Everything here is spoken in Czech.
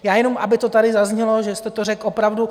Já jenom, aby to tady zaznělo, že jste to řekl opravdu...